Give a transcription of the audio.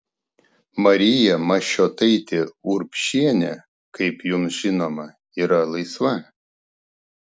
marija mašiotaitė urbšienė kaip jums žinoma yra laisva